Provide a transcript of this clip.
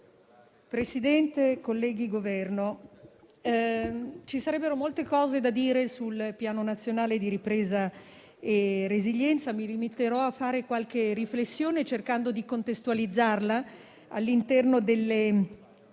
rappresentanti del Governo, ci sarebbero molte cose da dire sul Piano nazionale di ripresa e resilienza. Mi limiterò a fare qualche riflessione, cercando di contestualizzarla all'interno delle